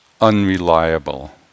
unreliable